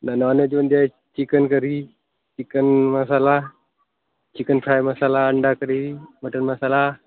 आणि नॉनवेजमध्ये आहे chicken curry chicken masala chicken fry masala अंडाकरी मटन मसाला